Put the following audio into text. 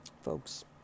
Folks